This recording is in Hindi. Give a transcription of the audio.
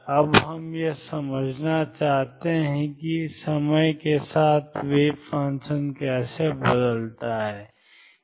अब हम यह समझना चाहते हैं कि समय के साथ वेव फंक्शन कैसे बदलता है